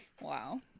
Wow